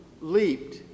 leaped